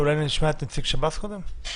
אולי נשמע את נציגת שב"ס קודם?